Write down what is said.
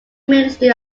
ministry